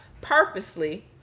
purposely